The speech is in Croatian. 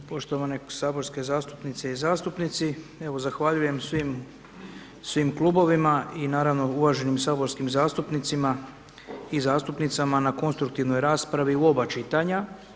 Poštovane saborske zastupnice i zastupnici, evo, zahvaljujem svim klubovima i naravno, uvaženim saborskim zastupnicima i zastupnicama na konstruktivnoj raspravi u oba čitanja.